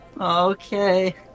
Okay